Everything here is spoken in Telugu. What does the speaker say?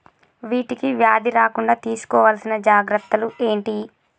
వీటికి వ్యాధి రాకుండా తీసుకోవాల్సిన జాగ్రత్తలు ఏంటియి?